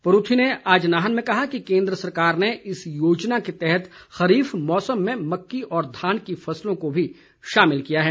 परूथी ने आज नाहन में कहा कि केन्द्र सरकार ने इस योजना के तहत खरीफ मौसम में मक्की और धान की फसलों को भी शामिल किया है